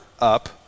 up